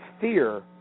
fear